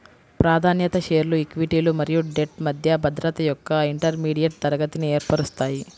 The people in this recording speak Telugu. ప్రాధాన్యత షేర్లు ఈక్విటీలు మరియు డెట్ మధ్య భద్రత యొక్క ఇంటర్మీడియట్ తరగతిని ఏర్పరుస్తాయి